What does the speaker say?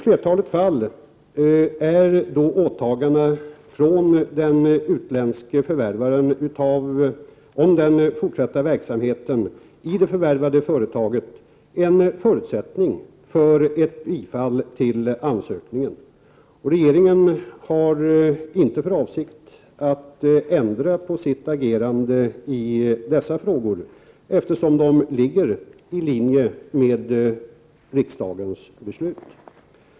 I flertalet fall är utfästelserna från den utländske förvärvaren om den fortsatta verksamheten i det förvärvade företaget då en förutsättning för ett bifall till ansökningen. Regeringen har inte för avsikt att ändra på sitt agerande i dessa frågor, eftersom det ligger i linje med riksdagens beslut.